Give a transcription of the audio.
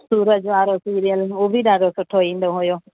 सूरज वारो सीरियल हो बि ॾाढो सुठो ईंदो हुयो